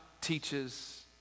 teaches